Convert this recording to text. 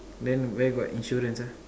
then where got insurance ah